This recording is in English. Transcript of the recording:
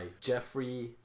Jeffrey